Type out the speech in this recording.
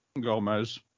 Gomez